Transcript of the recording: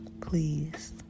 please